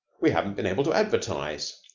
we haven't been able to advertise.